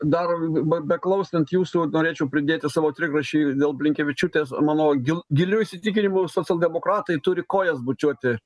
dar b beklausant jūsų norėčiau pridėti savo trigrašį ir dėl blinkevičiūtės mano gil giliu įsitikinimu socialdemokratai turi kojas bučiuoti